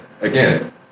again